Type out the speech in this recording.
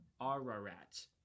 Ararat